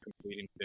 completing